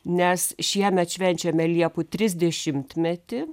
nes šiemet švenčiame liepų trisdešimtmetį